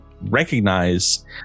recognize